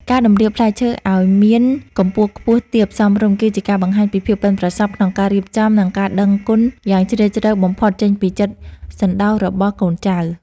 ការតម្រៀបផ្លែឈើឱ្យមានកម្ពស់ខ្ពស់ទាបសមរម្យគឺជាការបង្ហាញពីភាពប៉ិនប្រសប់ក្នុងការរៀបចំ និង ការដឹងគុណយ៉ាងជ្រាលជ្រៅបំផុតចេញពីចិត្តសន្តោសរបស់កូនចៅ។